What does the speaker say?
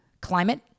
climate